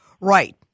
Right